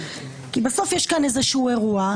כי בסוף יש כאן איזה אירוע,